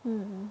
mmhmm